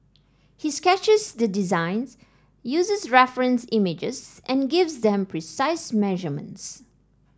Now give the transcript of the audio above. he sketches the designs uses reference images and gives them precise measurements